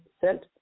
set